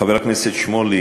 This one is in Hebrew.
חבר הכנסת שמולי,